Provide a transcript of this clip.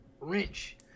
wrench